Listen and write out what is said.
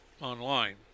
online